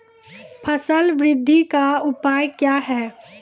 फसल बृद्धि का उपाय क्या हैं?